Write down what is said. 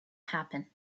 happen